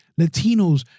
Latinos